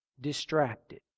distracted